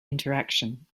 interaction